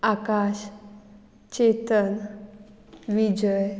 Akash Chetan Vijay